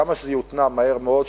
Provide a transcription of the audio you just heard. כמה שזה יותנע מהר מאוד,